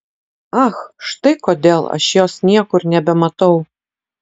ach štai kodėl aš jos niekur nebematau